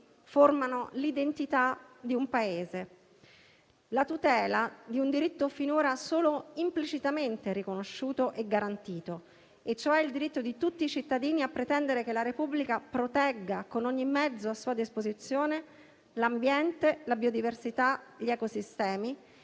formano l'identità di un Paese, la tutela di un diritto finora solo implicitamente riconosciuto e garantito, e cioè il diritto di tutti i cittadini di pretendere che la Repubblica protegga, con ogni mezzo a sua disposizione, l'ambiente, la biodiversità, gli ecosistemi, e